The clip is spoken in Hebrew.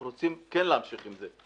אנחנו רוצים כן להמשיך עם זה.